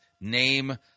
name